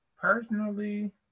personally